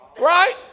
Right